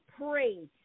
pray